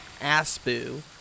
Aspu